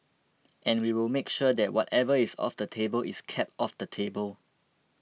and we will make sure that whatever is off the table is kept off the table